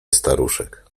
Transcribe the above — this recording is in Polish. staruszek